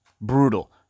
brutal